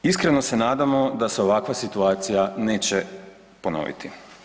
Iskreno se nadamo da se ovakva situacija neće ponoviti.